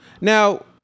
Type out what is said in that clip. Now